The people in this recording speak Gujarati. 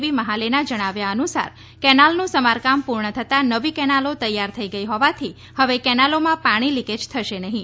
વી મહાલેના જણાવ્યા અનુસાર કેનાલનું સમારકામ પૂર્ણ થતા નવી કેનાલો તૈયાર થઈ ગઈ હોવાથી હવે કેનાલોમાં પાણી લીકેજ થશે નહીં